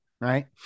right